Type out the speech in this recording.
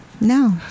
No